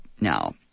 now